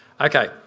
Okay